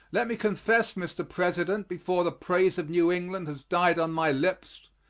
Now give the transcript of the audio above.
let me confess, mr. president, before the praise of new england has died on my lips,